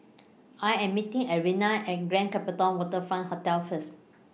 I Am meeting Arnetta At Grand Copthorne Waterfront Hotel First